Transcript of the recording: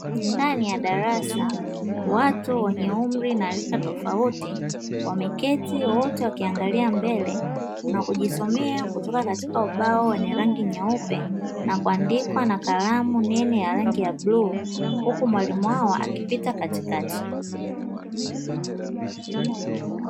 Ndani ya darasa, watu wenye umri na rika tofauti wameketi wote wakiangalia mbele na kujisomea kutoka katika ubao wenye rangi nyeupe, na kuandikwa na kalamu nene ya rangi ya bluu, huku mwalimu wao akipita katikati.